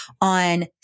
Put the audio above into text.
On